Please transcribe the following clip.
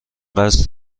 قصد